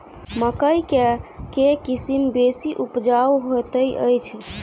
मकई केँ के किसिम बेसी उपजाउ हएत अछि?